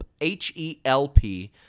H-E-L-P